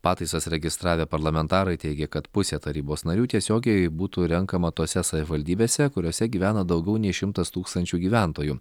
pataisas registravę parlamentarai teigia kad pusė tarybos narių tiesiogiai būtų renkama tose savivaldybėse kuriose gyvena daugiau nei šimtas tūkstančių gyventojų